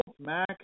Mac